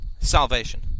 Salvation